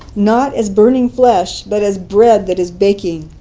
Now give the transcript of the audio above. not as burning flesh, but as bread that is baking.